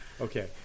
Okay